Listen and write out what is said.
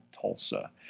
Tulsa